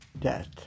death